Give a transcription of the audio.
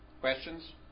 Questions